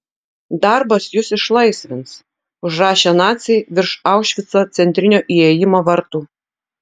darbas jus išlaisvins užrašė naciai virš aušvico centrinio įėjimo vartų